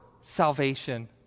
salvation